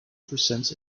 presents